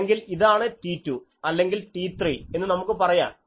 അല്ലെങ്കിൽ ഇതാണ് T2 അല്ലെങ്കിൽ T3 എന്ന് നമുക്ക് പറയാം